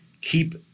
keep